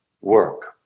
work